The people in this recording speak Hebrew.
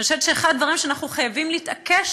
אני חושבת שאחד הדברים שאנחנו חייבים להתעקש